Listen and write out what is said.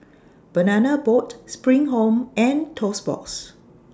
Banana Boat SPRING Home and Toast Box